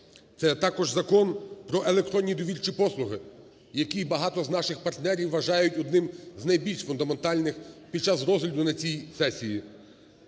Це також Закон "Про електронні довірчі послуги", який багато з наших партнерів вважають одним з найбільш фундаментальних під час розгляду на цій сесії.